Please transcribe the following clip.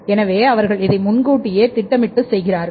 எனவே அவர்கள் அதை முன்கூட்டியே திட்டமிட்டு செய்கிறார்கள்